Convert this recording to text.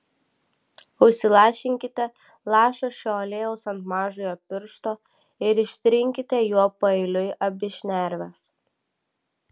užsilašinkite lašą šio aliejaus ant mažojo piršto ir ištrinkite juo paeiliui abi šnerves